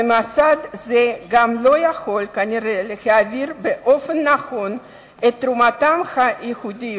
ממסד זה כנראה גם לא יכול להעריך באופן נכון את תרומתם הייחודית